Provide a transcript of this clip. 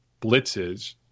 blitzes